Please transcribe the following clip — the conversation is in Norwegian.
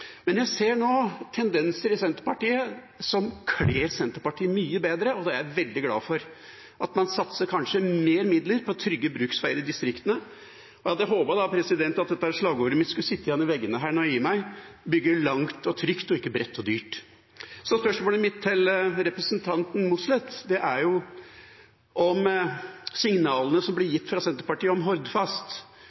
Men jeg ser nå tendenser i Senterpartiet som kler Senterpartiet mye bedre, og det er jeg veldig glad for, at man kanskje satser mer midler på trygge bruksveier i distriktene. Jeg hadde håpet at slagordet mitt skulle sitte igjen i veggene her når jeg gir meg: bygge langt og trygt og ikke bredt og dyrt. Spørsmålet mitt til representanten Mossleth er om signalene som blir gitt fra Senterpartiet om